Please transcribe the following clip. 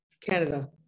Canada